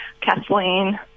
Kathleen